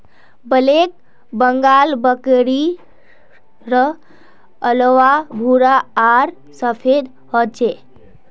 black Bengal बकरीर कलवा भूरा आर सफेद ह छे